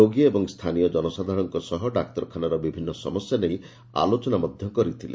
ରୋଗୀ ଏବଂ ସ୍ରାନୀୟ କନସାଧାରଣଙ୍ଙ ସହ ଡାକ୍ତରଖାନାର ବିଭିନ୍ନ ସମସ୍ୟା ନେଇ ଆଲୋଚନା ମଧ୍ଧ କରିଥିଲେ